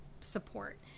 support